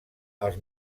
els